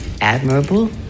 Admirable